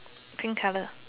pink color